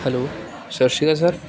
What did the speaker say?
hello ਸਤਿ ਸ਼੍ਰੀ ਅਕਾਲ ਸਰ